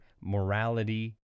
morality